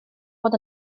bod